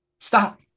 Stop